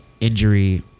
injury